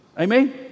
Amen